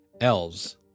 Elves